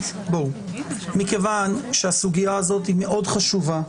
מכיוון שהסוגיה הזאת היא מאוד חשובה,